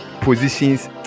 positions